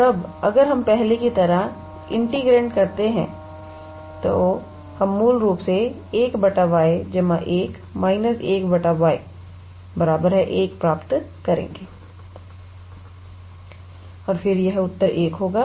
और अब अगर हम पहले की तरह इंटीग्रेटेड करते हैं तो हम मूल रूप से 1y 1 1y 1 प्राप्त करेंगे और फिर यह उत्तर 1 होगा